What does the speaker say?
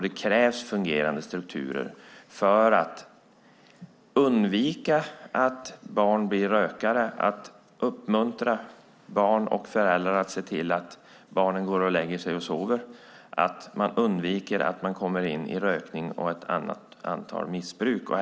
Det krävs fungerande strukturer för att undvika att barn blir rökare eller kommer in i annat missbruk och för att uppmuntra barn och föräldrar att se till att barnen går och lägger sig i tid.